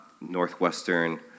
northwestern